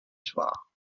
soir